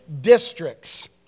districts